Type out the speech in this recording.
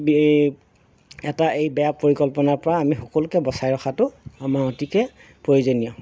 এই এটা এই বেয়া পৰিকল্পনাৰ পৰা আমি সকলোকে বচাই ৰখাতো আমাৰ অতিকে প্ৰয়োজনীয়